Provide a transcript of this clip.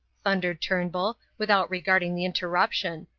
thundered turnbull, without regarding the interruption.